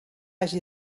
hagi